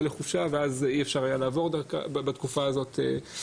ואז אי אפשר היה לעבור בתקופה הזאת,